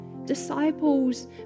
Disciples